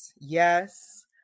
Yes